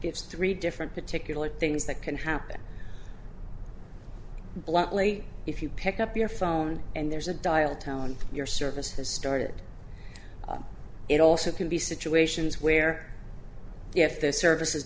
gives three different particular things that can happen bluntly if you pick up your phone and there's a dial tone your service has started it also can be situations where if the service has